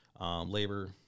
labor